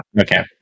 okay